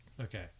Okay